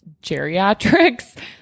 geriatrics